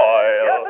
oil